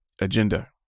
agenda